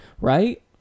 right